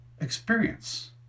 experience